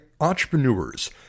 entrepreneurs